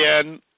again